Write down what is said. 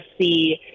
see